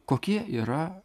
kokie yra